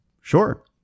Sure